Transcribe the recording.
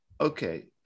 okay